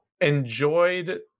enjoyed